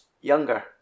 younger